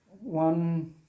one